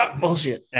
Bullshit